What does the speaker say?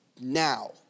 now